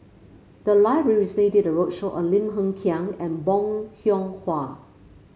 the library recently did a roadshow on Lim Hng Kiang and Bong Hiong Hwa